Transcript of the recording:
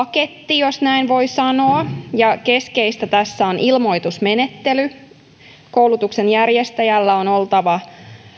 jos näin voi sanoa ja keskeistä tässä on ilmoitusmenettely koulutuksen järjestäjällä olisi oltava